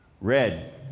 Red